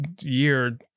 year